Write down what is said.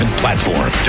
platform